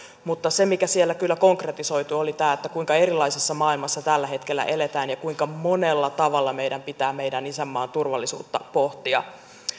mutta se mikä siellä kyllä konkretisoitui oli tämä kuinka erilaisessa maailmassa tällä hetkellä eletään ja kuinka monella tavalla meidän pitää meidän isänmaan turvallisuutta pohtia